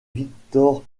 victor